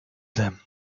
them